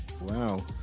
Wow